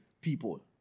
people